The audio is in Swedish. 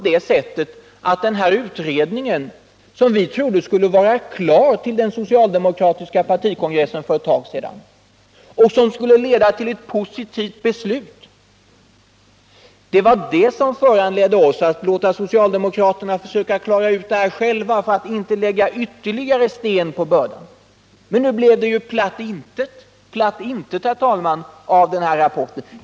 Den utredning som vi trodde skulle vara klar till den socialdemokratiska partikongressen för en tid sedan och som skulle leda till ett positivt resultat gjorde att vi, för att inte lägga ytterligare sten på börda, ville låta socialdemokraterna försöka klara ut det här själva. Men nu blev det ju platt intet av den rapporten.